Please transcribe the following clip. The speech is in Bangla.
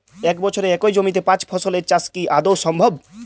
এক বছরে একই জমিতে পাঁচ ফসলের চাষ কি আদৌ সম্ভব?